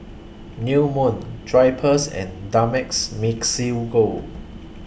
New Moon Drypers and Dumex Mamil Gold